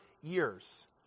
years